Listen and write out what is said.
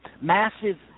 Massive